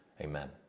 amen